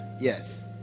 yes